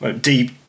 deep